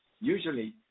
usually